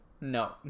No